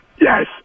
Yes